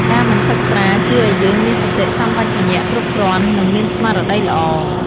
ការមិនផឹកស្រា ជួយឲ្យយើងមានសតិសម្បជញ្ញៈគ្រប់គ្រាន់ និងមានស្មារតីល្អ។